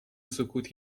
سکوت